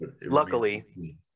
Luckily